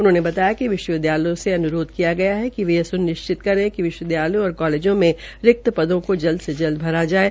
उन्होंने कहा िक विश्व विद्यालयों से अनुरोध किया गया है कि वे यह सुनिश्चित करे कि विश्वविद्यालयों और कालेजों में रिक्त पदों को जल्द से जल्द भरा जायें